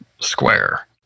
square